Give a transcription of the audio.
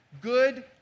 Good